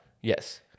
Yes